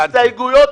הבנתי.